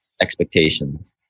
expectations